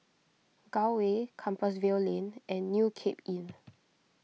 Gul Way Compassvale Lane and New Cape Inn